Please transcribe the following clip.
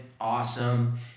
awesome